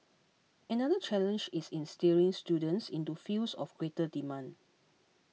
another challenge is in steering students into fields of greater demand